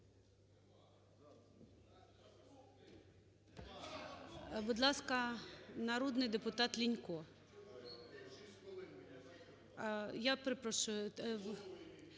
Будь ласка, народний депутат Лінько. Я перепрошую,